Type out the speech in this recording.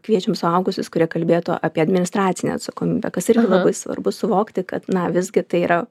kviečiam suaugusius kurie kalbėtų apie administracinę atsakomybę kas yra labai svarbu suvokti kad na visgi tai yra